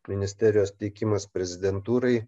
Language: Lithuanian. ministerijos teikimas prezidentūrai